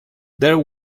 there